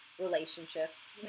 relationships